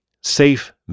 Safe